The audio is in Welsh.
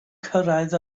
cyrraedd